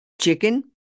chicken